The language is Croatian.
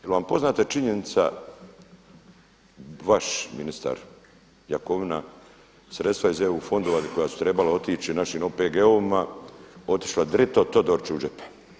Je li vam poznata činjenica vaš ministar Jakovina sredstva iz EU fondova koja su trebala otići našim OPG-ovima otišla drito Todoriću u džep.